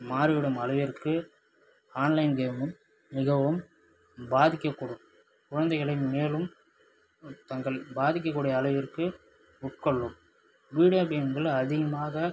மாறிவிடும் அளவிற்கு ஆன்லைன் கேமும் மிகவும் பாதிக்கக் கூடும் குழந்தைகளை மேலும் தங்கள் பாதிக்கக் கூடிய அளவிற்கு உட்கொள்ளும் வீடியோ கேம்கள் அதிகமாக